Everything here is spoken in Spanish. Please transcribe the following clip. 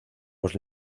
los